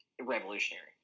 revolutionary